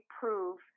prove